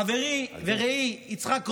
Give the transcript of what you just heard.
חברי ורעי יצחק קרויזר,